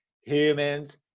humans